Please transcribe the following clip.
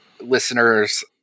listeners